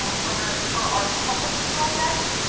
for our our public project,